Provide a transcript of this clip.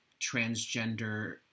transgender